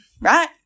right